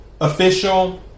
official